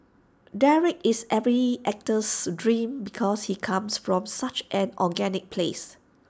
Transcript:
Derek is every actor's dream because he comes from such an organic place